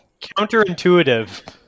counterintuitive